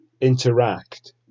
interact